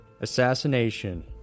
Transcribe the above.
Assassination